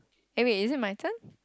eh wait is it my turn